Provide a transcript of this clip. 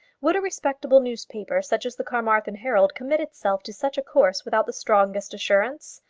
would a respectable newspaper such as the carmarthen herald commit itself to such a course without the strongest assurance?